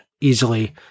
easily